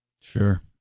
Sure